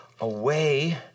away